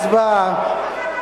הצבעה.